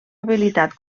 habilitat